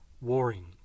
warring